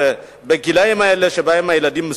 בגילים האלה של הילדים,